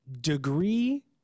degree